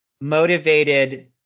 motivated